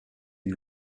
une